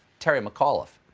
terry mcaullife.